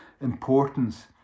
importance